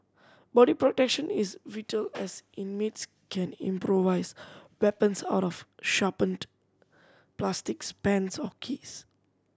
body protection is vital as inmates can improvise weapons out of sharpened plastics pens or keys